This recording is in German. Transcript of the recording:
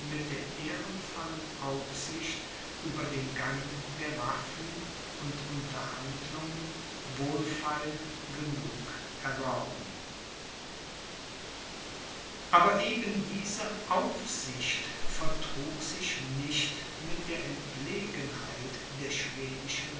der ehrenvollen aufsicht über den gang der waffen und unterhandlungen wohlfeil genug erworben aber eben diese aufsicht vertrug sich nicht mit der entlegenheit der schwedischen